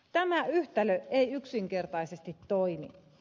tämä yhtälö ei yksinkertaisesti toimi